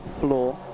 floor